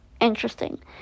interesting